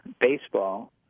baseball